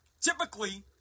typically